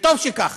וטוב שכך,